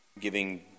giving